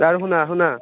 আৰু শুনা শুনা